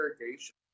irrigation